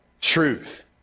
truth